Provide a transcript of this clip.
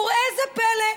וראה זה פלא,